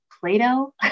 Play-Doh